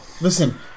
Listen